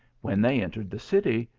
when they entered the city,